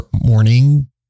morning